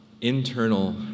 internal